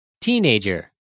Teenager